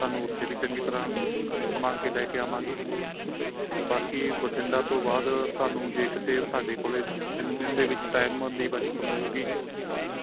ਤੁਹਾਨੂੰ ਉੱਥੇ ਵੀ ਚੰਗੀ ਤਰ੍ਹਾਂ ਘੁਮਾ ਕੇ ਲੈ ਕੇ ਆਵਾਂਗੇ ਬਾਕੀ ਬਠਿੰਡਾ ਤੋਂ ਬਾਅਦ ਤੁਹਾਨੂੰ ਜੇ ਕਿਤੇ ਤੁਹਾਡੇ ਕੋਲ ਤਿੰਨ ਦਿਨ ਦੇ ਵਿੱਚ ਟਾਈਮ ਦੀ ਬੱਚਤ ਹੋਊਗੀ